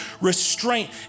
restraint